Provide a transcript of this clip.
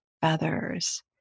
feathers